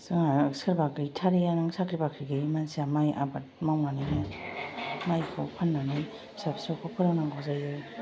जोङो सोरबा गैथारैआ सोरबा साख्रि बाख्रि गैथारिआ माइ आबाद मावनानै हाय माइखौ फाननानै फिसा फिसौखौ फोरोंनांगौ जायो